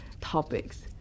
topics